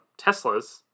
Teslas